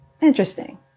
interesting